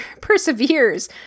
perseveres